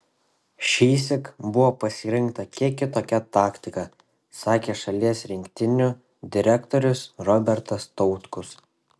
šįsyk buvo pasirinkta kiek kitokia taktika sakė šalies rinktinių direktorius robertas tautkus